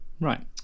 right